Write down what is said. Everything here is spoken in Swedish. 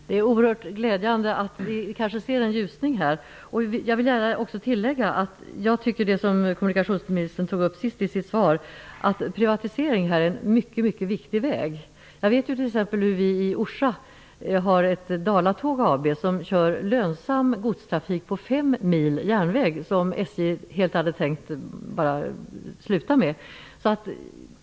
Herr talman! Det är oerhört glädjande att vi kanske ser en ljusning här. Jag vill också tillägga att privatiseringen, som kommunikationsministern tog upp sist i sitt svar, är en mycket viktig väg. I Orsa finns Dala Tåg AB, som kör lönsam godstrafik på 5 mil järnväg, som SJ hade tänkt sluta med helt.